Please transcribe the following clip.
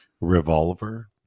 revolver